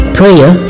prayer